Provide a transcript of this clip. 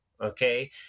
Okay